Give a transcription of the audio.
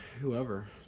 whoever